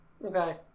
Okay